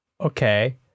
Okay